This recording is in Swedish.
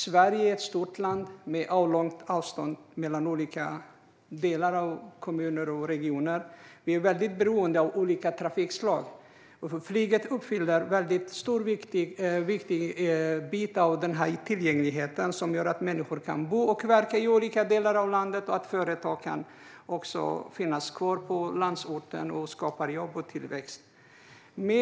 Sverige är ett avlångt land med stora avstånd mellan olika kommuner och regioner. Vi är väldigt beroende av flera trafikslag. Flyget fyller en stor och viktig bit av tillgängligheten och gör att människor kan bo och verka i olika delar av landet, liksom att företag kan finnas kvar i landsorten och skapa jobb och tillväxt.